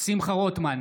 שמחה רוטמן,